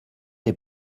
les